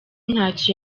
ntacyo